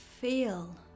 feel